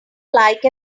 like